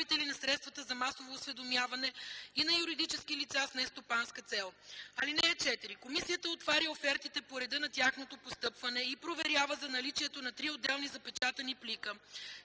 цел. (4) Комисията отваря офертите по реда на тяхното постъпване и проверява за наличието на три отделни запечатани плика,